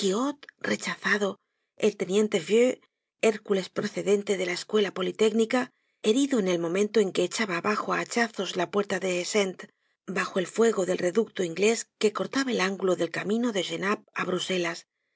rechazado el teniente vieux hércules procedente de la escuela politécnica herido en el momento en que echaba abajo á hachazos la puerta de la haie sainte bajo el fuego del reducto inglés que cortaba el ángulo del camino de genappe á bruselas la